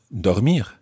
dormir